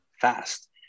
fast